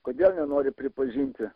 kodėl nenori pripažinti